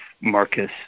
Marcus